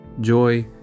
Joy